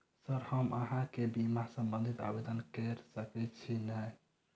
Sir हम अहाँ केँ बीमा संबधी आवेदन कैर सकै छी नै?